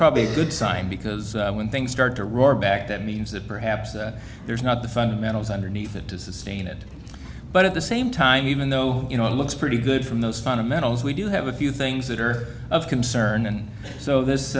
probably a good sign because when things start to roar back that means that perhaps that there's not the fundamentals underneath that to sustain it but at the same time even though you know looks pretty good from those fundamentals we do have a few things that are of concern and so this